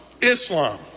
Islam